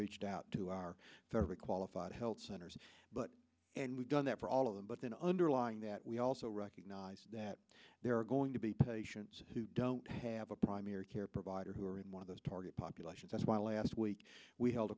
reached out to our qualified health centers but and we've done that for all of them but then underlying that we also recognize that there are going to be patients who don't have a primary care provider who are in one of those target population that's why last week we held